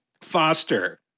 Foster